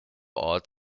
ort